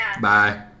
Bye